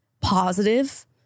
positive